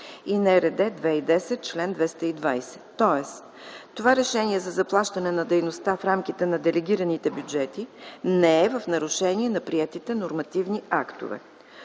за 2010 г., тоест това решение за заплащане на дейността в рамките на делегираните бюджети не е в нарушение на приетите нормативни актове.